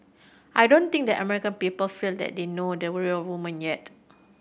I don't think the American people feel that they know the real woman yet